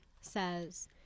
says